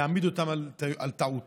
להעמיד אותם על טעותם.